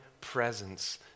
presence